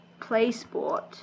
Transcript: PlaySport